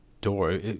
door